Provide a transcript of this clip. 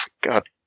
God